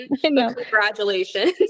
congratulations